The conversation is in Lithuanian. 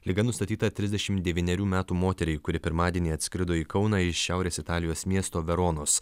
liga nustatyta trisdešimt devynerių metų moteriai kuri pirmadienį atskrido į kauną iš šiaurės italijos miesto veronos